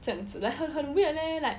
这样子 like 很 weird leh like